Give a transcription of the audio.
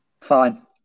Fine